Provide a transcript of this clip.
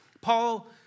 Paul